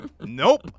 Nope